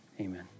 amen